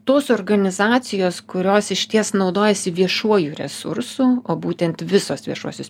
tos organizacijos kurios išties naudojasi viešuoju resursu o būtent visos viešuosius